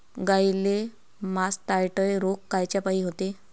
गाईले मासटायटय रोग कायच्यापाई होते?